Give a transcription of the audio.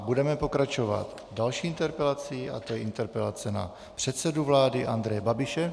Budeme pokračovat další interpelací a to je interpelace na předsedu vlády Andreje Babiše.